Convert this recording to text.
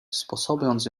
sposobiąc